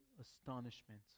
astonishment